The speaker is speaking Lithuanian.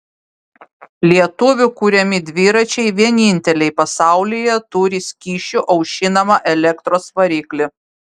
lietuvių kuriami dviračiai vieninteliai pasaulyje turi skysčiu aušinamą elektros variklį